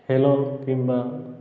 ଖେଳ କିମ୍ବା